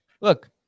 look